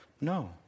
No